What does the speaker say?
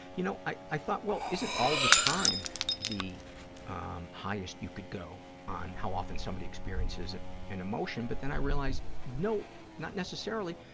you know, i i thought, well, isn't all the time the um highest you could go on how often somebody experiences an emotion, but then i realized, no, not necessarily,